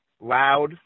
Loud